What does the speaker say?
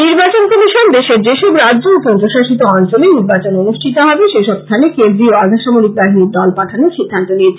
নির্বাচন কমিশন দেশের যেসব রাজ্য ও কেন্দ্রশাসিত অঞ্চলে নির্বাচন অনুষ্ঠিত হবে সেসব স্থানে কেন্দ্রীয় আধাসামরিক বাহিনীর দল পাঠানোর সিদ্ধান্ত নিয়েছে